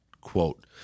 quote